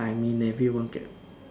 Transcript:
I mean everyone gets